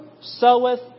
soweth